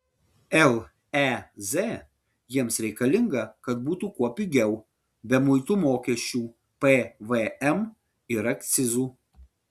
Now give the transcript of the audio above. lez jiems reikalinga kad būtų kuo pigiau be muitų mokesčių pvm ir akcizų